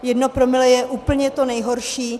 Jedno promile je úplně to nejhorší.